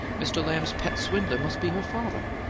mr. lamb's pet swindler must be her father.